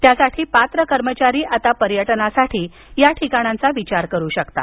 यासाठी पात्र कर्मचारी आता पर्यटनासाठी या ठिकाणांचा विचार करू शकतात